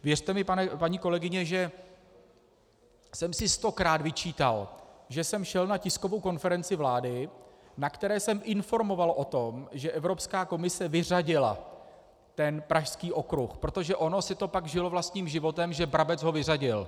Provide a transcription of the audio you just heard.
Věřte mi, paní kolegyně, že jsem si stokrát vyčítal, že jsem šel na tiskovou konferenci vlády, na které jsem informoval o tom, že Evropská komise vyřadila ten Pražský okruh, protože ono si to pak žilo vlastním životem, že Brabec ho vyřadil.